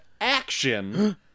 action